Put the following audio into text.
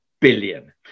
billion